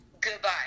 Goodbye